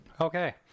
Okay